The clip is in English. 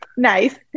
Nice